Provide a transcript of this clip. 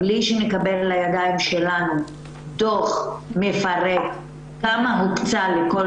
בלי שנקבל לידינו דו"ח מפורט כמה הוקצה לכל